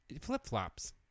flip-flops